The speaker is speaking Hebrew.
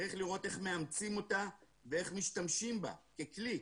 צריך לראות איך מאמצים אותה ומשתמשים בה ככלי,